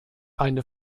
eine